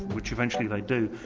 which eventually they do.